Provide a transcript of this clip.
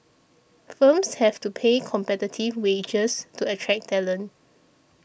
firms have to pay competitive wages to attract talent